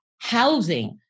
housing